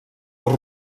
als